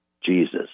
Jesus